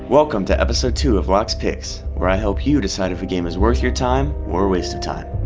welcome to episode two of lock's picks, where i help you decide if a game is worth your time, or a waste of time.